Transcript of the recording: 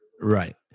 Right